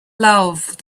love